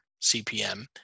CPM